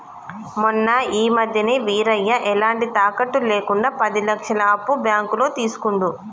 మొన్న ఈ మధ్యనే వీరయ్య ఎలాంటి తాకట్టు లేకుండా పది లక్షల అప్పు బ్యాంకులో తీసుకుండు